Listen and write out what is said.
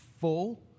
full